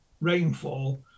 rainfall